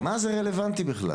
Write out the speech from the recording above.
מה זה רלוונטי בכלל?